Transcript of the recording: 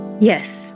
Yes